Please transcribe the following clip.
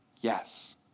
Yes